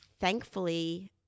thankfully